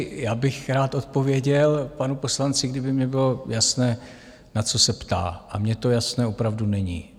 Já bych rád odpověděl panu poslanci, kdyby mně bylo jasné, na co se ptá, a mně to jasné opravdu není.